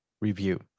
review